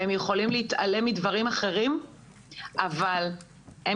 הם יכולים להתעלם מדברים אחרים אבל הם